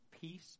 peace